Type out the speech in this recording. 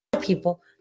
People